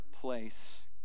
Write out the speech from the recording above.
place